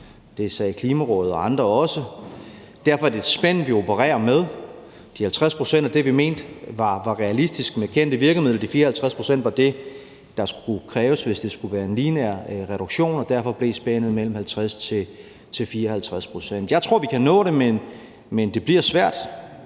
det sagde Klimarådet og andre også. Derfor er det et spænd, vi opererer med. De 50 pct. var det, vi mente var realistisk med kendte virkemidler, og de 54 pct. var det, der var krævet, hvis det skulle være en lineær reduktion, og derfor blev spændet mellem 50 og 54 pct. Jeg tror, vi kan nå det, men det bliver svært.